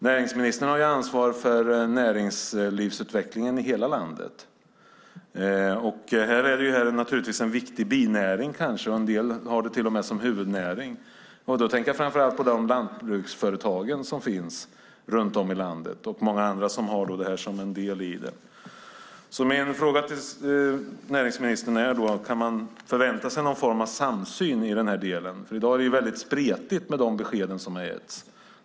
Näringsministern har ansvaret för näringslivsutvecklingen i hela landet. Det här är naturligtvis en viktig binäring, och en del har det till och med som huvudnäring. Jag tänker framför allt på de lantbruksföretag som finns runt om i landet och många andra som har det som en del. Min fråga till näringsministern är alltså: Kan man förvänta sig någon form av samsyn i denna del? I dag är det väldigt spretigt med de besked som har getts.